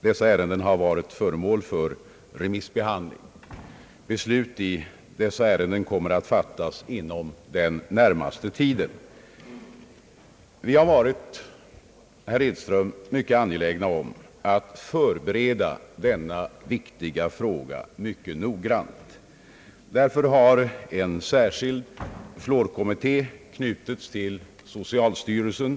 Dessa ärenden har varit föremål för remissbehandling. Beslut kommer att fattas inom den närmaste tiden. Vi har, herr Edström, varit angelägna om att förbereda denna viktiga fråga mycket noggrant. Därför har en särskild fluorkommitté knutits till socialstyrelsen.